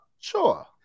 Sure